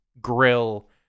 grill